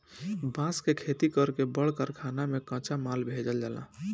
बांस के खेती कर के बड़ कारखाना में कच्चा माल भेजल जाला